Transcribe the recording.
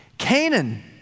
Canaan